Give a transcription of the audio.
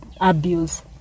abuse